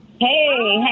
Hey